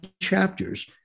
chapters